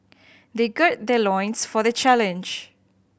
they gird their loins for the challenge